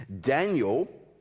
Daniel